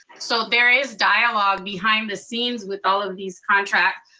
so there is dialogue behind the scenes with all of these contracts.